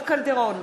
רות קלדרון,